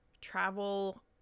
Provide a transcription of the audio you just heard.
travel